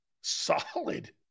Solid